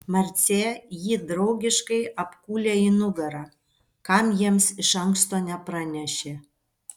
marcė jį draugiškai apkūlė į nugarą kam jiems iš anksto nepranešė